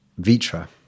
vitra